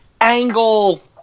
Angle